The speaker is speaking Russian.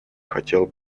хотел